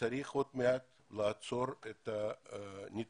שעוד מעט יצטרכו לעצור את הניתוחים.